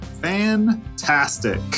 fantastic